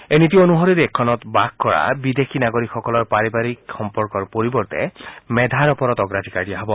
এই নীতি অনুসৰি দেশখনৰ বাস কৰা বিদেশী নাগৰিকসকলৰ পাৰিবাৰিক সম্পৰ্কৰ পৰিৱৰ্তে মেধাৰ ওপৰত অগ্ৰাধিকৰ দিয়া হ'ব